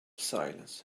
silence